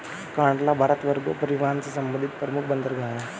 कांडला भारत का कार्गो परिवहन से संबंधित प्रमुख बंदरगाह है